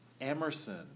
Emerson